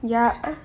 ya